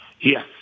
Yes